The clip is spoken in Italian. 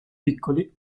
piccoli